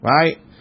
right